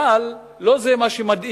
אבל לא זה מה שמדאיג,